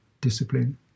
discipline